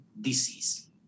disease